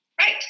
Right